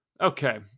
Okay